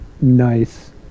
nice